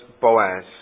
Boaz